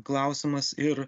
klausimas ir